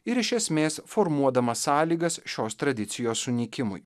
ir iš esmės formuodamas sąlygas šios tradicijos sunykimui